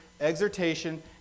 exhortation